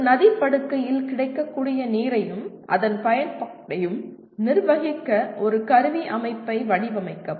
ஒரு நதிப் படுகையில் கிடைக்கக்கூடிய நீரையும் அதன் பயன்பாட்டையும் நிர்வகிக்க ஒரு கருவி அமைப்பை வடிவமைக்கவும்